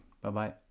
Bye-bye